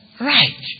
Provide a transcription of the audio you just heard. right